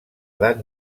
edat